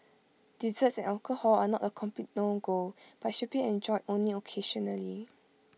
desserts and alcohol are not A complete no go but should be enjoyed only occasionally